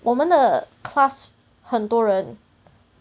我们的 class 很多人